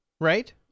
right